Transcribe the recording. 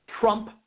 Trump